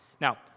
Now